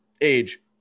age